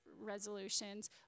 resolutions